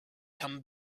come